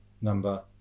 number